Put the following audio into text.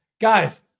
guys